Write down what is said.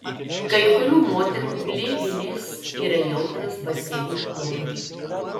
kai kurių moterų gleivinės yra jautrios baseinų chlorui